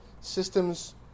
Systems